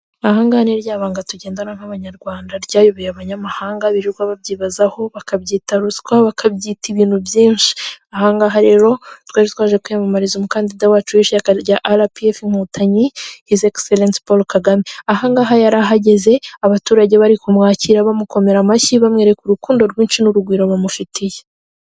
Ahangaga ni rya banga tugendana nk'abanyarwanda ryayobeye abanyamahanga birirwa babyibazaho bakabyita ruswa bakabyita ibintu byinshi, ahangaha rero twari twaje kwiyamamariza umukandida wacu w'ishyaka rya arapiyefu inkotanyi hizi egiserensi Paul Kagame. Ahangaha yari ahageze abaturage bari kumwakira bamukomera amashyi bamwereka urukundo rwinshi n'urugwiro bamufitiye.